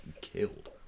killed